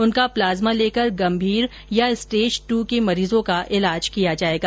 उनका प्लाज्मा लेकर गंभीर या स्टेज दू के मरीजों का इलाज किया जाएगा